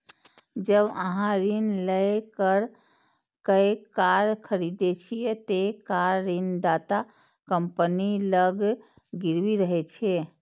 जब अहां ऋण लए कए कार खरीदै छियै, ते कार ऋणदाता कंपनी लग गिरवी रहै छै